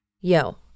Yo